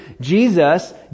Jesus